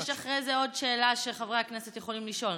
יש אחרי זה עוד שאלה שחברי הכנסת יכולים לשאול,